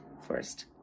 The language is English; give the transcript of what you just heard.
first